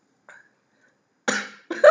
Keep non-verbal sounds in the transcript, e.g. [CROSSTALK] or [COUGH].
[COUGHS] [LAUGHS]